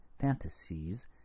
fantasies